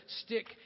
Stick